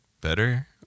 better